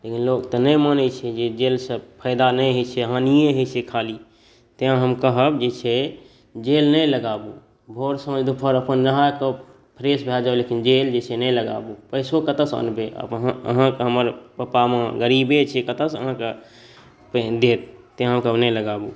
लेकिन लोक तऽ नहि मानै छै कि जेलसँ फायदा नहि होइ छै हानिए होइ छै खाली तेँ हम कहब जे छै जेल नहि लगाबू भोर साँझ दुपहर अपन नहाकऽ फ्रेश भऽ जाउ लेकिन जेल जे छै नहि लगाबू पइसो कतऽसँ आनबै अहाँके हमर पापा माँ गरीबे छै कतऽसँ अहाँके देत तेँ अहाँके नहि लगाबू